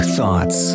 Thoughts